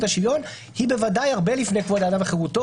השוויון היא בוודאי הרבה לפני כבוד האדם וחירותו,